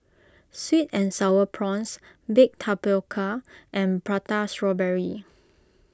Sweet and Sour Prawns Baked Tapioca and Prata Strawberry